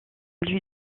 lui